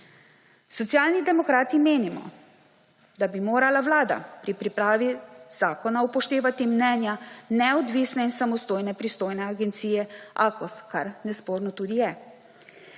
Socialni demokrati menimo, da bi morala Vlada pri pripravi zakona upoštevati mnenja neodvisne in samostojne pristojne agencije Akos, kar Akos nesporno tudi je.